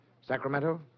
Sacramento